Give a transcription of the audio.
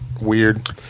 Weird